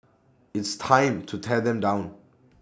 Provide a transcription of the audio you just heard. it's time to tear them down